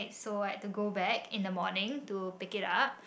so I had to go back in the morning to pick it up